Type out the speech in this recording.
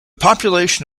population